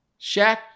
Shaq